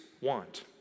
want